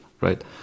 right